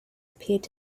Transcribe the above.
appeared